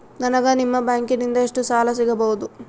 ನನಗ ನಿಮ್ಮ ಬ್ಯಾಂಕಿನಿಂದ ಎಷ್ಟು ಸಾಲ ಸಿಗಬಹುದು?